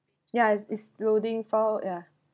yeah it's loading forward ya